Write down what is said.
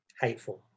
hateful